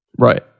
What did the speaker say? Right